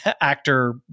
actor